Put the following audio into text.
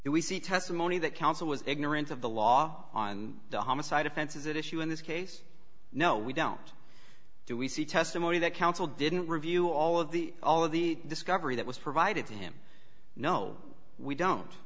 if we see testimony that counsel was ignorant of the law on the homicide offenses issue in this case no we don't do we see testimony that counsel didn't review all of the all of the discovery that was provided to him no we don't